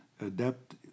adapt